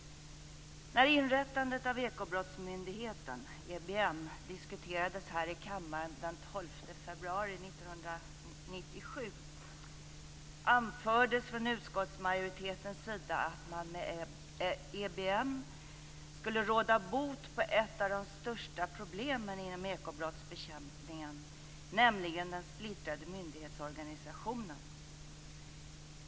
När inrättandet av Ekobrottsmyndigheten, EBM, diskuterades här i kammaren den 12 februari 1997 EBM skulle råda bot på ett av de största problemen inom ekobrottsbekämpningen, nämligen den splittrade myndighetsorganisationen.